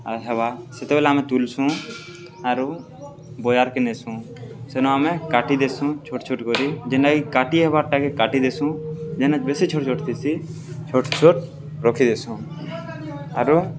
ଆ ହେବା ସେତେବେଲେ ଆମେ ତୁଲସୁଁ ଆରୁ ବଜାରକେ ନେସୁଁ ସେନୁ ଆମେ କାଟି ଦେସୁଁ ଛୋଟ ଛୋଟ୍ କରି ଯେନ୍ଟାକି କାଟି ହେବାରଟାକେ କାଟି ଦେସୁଁ ଯେନେ ବେଶୀ ଛୋଟ ଛୋଟଥିସି ଛୋଟ୍ ଛୋଟ୍ ରଖିଦସୁଁ ଆରୁ